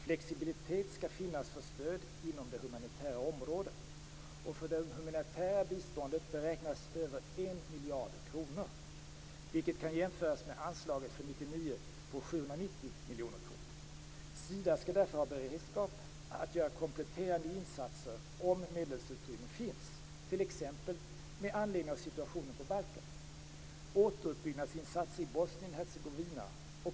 Flexibilitet skall finnas för stöd inom det humanitära området. För det humanitära biståndet beräknas över 1 miljard kronor, vilket kan jämföras med anslaget för 1999 på 790 miljoner kronor. Sida skall därför ha beredskap att göra kompletterande insatser om medelsutrymme finns, t.ex. med anledning av situationen på Balkan.